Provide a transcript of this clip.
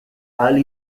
ahal